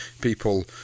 People